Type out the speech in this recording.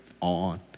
on